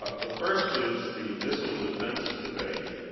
ah the first is the missile defense debate.